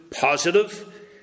positive